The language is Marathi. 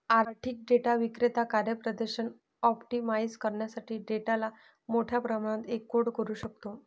आर्थिक डेटा विक्रेता कार्यप्रदर्शन ऑप्टिमाइझ करण्यासाठी डेटाला मोठ्या प्रमाणात एन्कोड करू शकतो